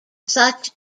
such